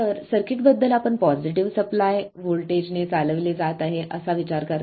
तर सर्किटबद्दल आपण पॉझिटिव्ह सप्लाय व्होल्टेजने चालविले जात आहे असा विचार करता